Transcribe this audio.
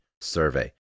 survey